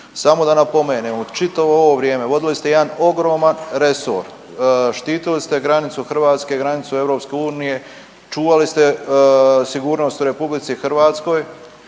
Samo da napomenem, čitavo ovo vrijeme vodili ste jedan ogroman resor, štitili ste granicu Hrvatske, granicu EU, čuvali ste sigurnost u Republici Hrvatskoj